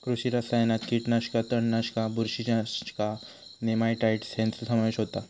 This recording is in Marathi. कृषी रसायनात कीटकनाशका, तणनाशका, बुरशीनाशका, नेमाटाइड्स ह्यांचो समावेश होता